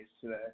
today